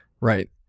Right